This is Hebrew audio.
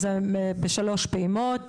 זה בשלוש פעימות,